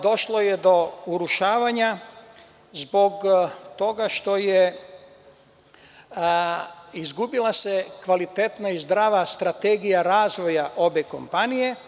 Došlo je do urušavanja, zbog toga što se izgubila kvalitetna i zdrava strategija razvoja obe kompanije.